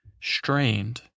strained